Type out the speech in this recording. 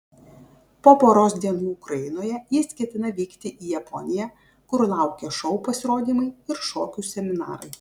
po poros dienų ukrainoje jis ketina vykti į japoniją kur laukia šou pasirodymai ir šokių seminarai